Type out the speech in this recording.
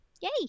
Yay